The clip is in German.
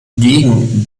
gegen